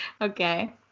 Okay